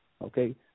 okay